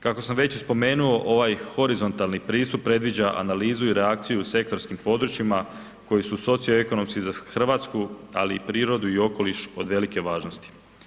Kako sam već i spomenuo ovaj horizontalni pristup predviđa analizu i reakciju u sektorskim područjima koji su socio-ekonomski za Hrvatsku, ali i prirodu, i okoliš od velike važnosti.